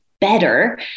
better